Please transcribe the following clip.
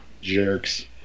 Jerks